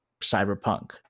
cyberpunk